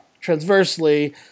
transversely